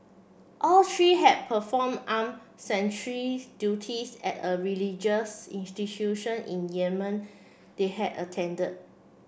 all three had performed armed sentry duties at a religious institution in Yemen they had attended